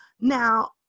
Now